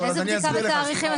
איזה בדיקה ותהליכים?